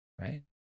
right